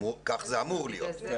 כך זה אמור להיות.